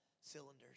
cylinders